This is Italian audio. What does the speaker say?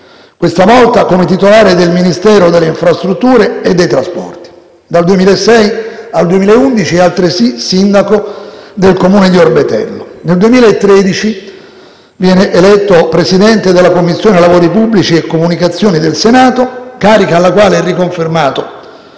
questa volta come titolare del Ministero delle infrastrutture e dei trasporti. Dal 2006 al 2011 è altresì sindaco del Comune di Orbetello. Nel 2013 viene eletto Presidente della Commissione lavori pubblici e comunicazioni del Senato, carica alla quale è riconfermato